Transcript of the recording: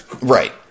Right